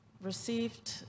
received